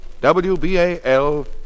WBAL